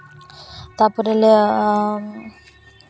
ᱛᱟᱨᱯᱚᱨᱮ ᱞᱮ